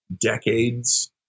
decades